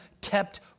kept